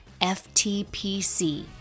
FTPC